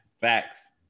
facts